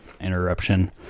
interruption